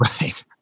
right